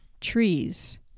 trees